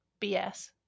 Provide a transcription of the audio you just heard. BS